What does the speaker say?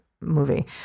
movie